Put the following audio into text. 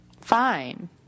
Fine